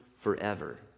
forever